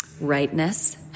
rightness